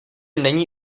není